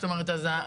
זאת אומרת,